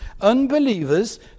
unbelievers